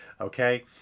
okay